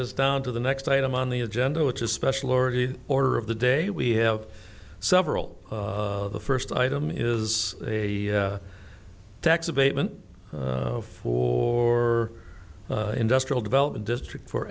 us down to the next item on the agenda which is special already the order of the day we have several of the first item is a tax abatement for industrial development district for